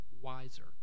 wiser